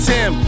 Tim